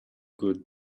good